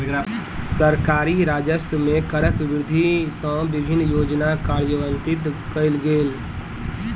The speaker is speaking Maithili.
सरकारी राजस्व मे करक वृद्धि सँ विभिन्न योजना कार्यान्वित कयल गेल